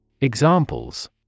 Examples